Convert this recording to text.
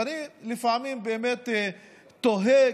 ואני לפעמים באמת תוהה,